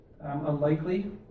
unlikely